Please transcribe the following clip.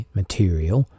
material